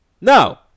No